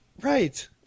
Right